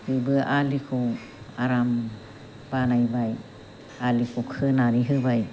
बेबो आलिखौ आराम बानायबाय आलिखौ खोनानै होबाय